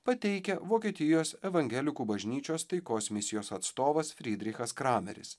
pateikia vokietijos evangelikų bažnyčios taikos misijos atstovas frydrichas krameris